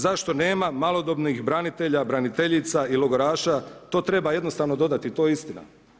Zašto nema malodobnih branitelja, braniteljica i logoraša, to treba jednostavno dodati, to je istina.